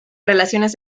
relaciones